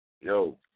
Yo